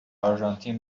آرژانتین